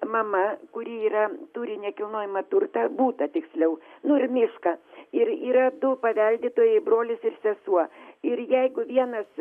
mama kuri yra turi nekilnojamą turtą butą tiksliau ir yra du paveldėtojai brolis ir sesuo ir jeigu vienas